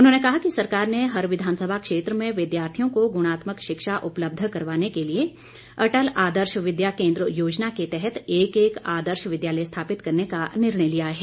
उन्होंने कहा कि सरकार ने हर विधानसभा क्षेत्र में विद्यार्थियों को गुणात्मक शिक्षा उपलब्ध करवाने के लिए अटल आदर्श विद्या केंद्र योजना के तहत एक एक आदर्श विद्यालय स्थापित करने का निर्णय लिया है